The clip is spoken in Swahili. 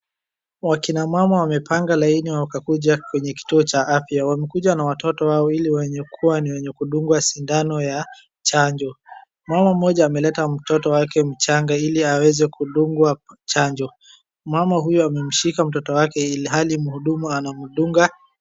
Wakina mama wamepanga laini na wakakuja kwenye kituo cha afya. Wamekuja na watoto wao ili wenye kuwa ni kudungwa sindano ya chanjo. Mama mmoja ameleta mtoto wake mchanga ili aweze kudungwa chanjo. Mama huyo amemshika mtoto wake ilhali mhudumu anamdunga.